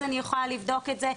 אז אני יכולה לבדוק את זה.